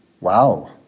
Wow